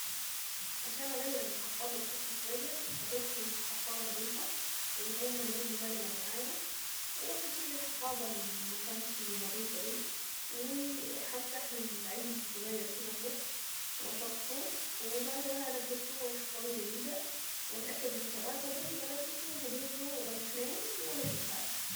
عشان اغير الحفاضة لطفل صغير هجهز حفاضة نظيفة ويكون مناديل مبللة معايا وهشيل الحفاضة اللي ما كانتش نظيفة دي وهمسح للعيل الصغير كده بلطف واشطفه وبعدها البسه الحفاضة الجديدة واتأكد من ثباتها قبل ما البسه هدهن كريم ولبسها له.